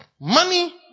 Money